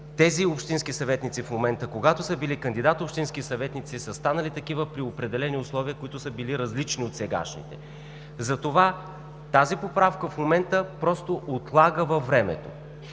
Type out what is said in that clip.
тези общински съветници в момента, когато са били кандидат-общински съветници, са станали такива при определени условия, различни от сегашните. Затова тази поправка в момента просто отлага във времето,